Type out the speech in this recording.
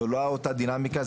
זה לא אותה דינמיקה,